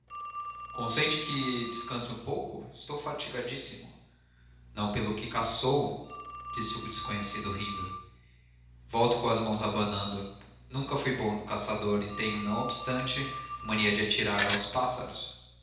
consente que descanse um pouco estou fatigadíssimo não pelo que caçou disse o desconhecido rindo volto com as mãos abanando nunca fui bom caçador e tenho não obstante a mania de atirar aos pássaros